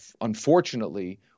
unfortunately